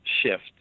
shift